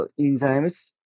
enzymes